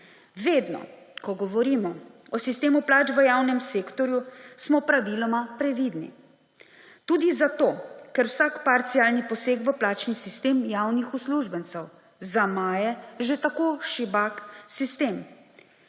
Vedno, ko govorimo o sistemu plač v javnem sektorju, smo praviloma previdni. Tudi zato, ker vsak parcialni poseg v plačni sistem javnih uslužbencev zamaje že tako šibak sistem,